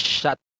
shut